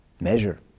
measure